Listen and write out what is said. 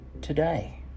today